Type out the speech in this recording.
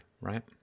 right